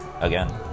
Again